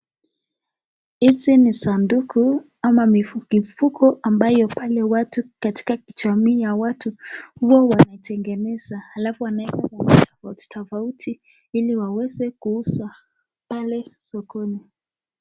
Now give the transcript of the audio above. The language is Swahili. Hizi ni sanduku ama mifuko ambayo pale watu katika jamii ya watu huwa wanatengeneza alafu wanaweka rangi tofauti tofauti ili waweze kuuza pale sokoni.